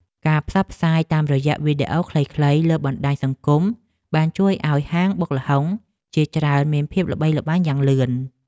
ការផ្សព្វផ្សាយតាមរយៈវីដេអូខ្លីៗលើបណ្តាញសង្គមបានជួយឱ្យហាងបុកល្ហុងជាច្រើនមានភាពល្បីល្បាញយ៉ាងលឿន។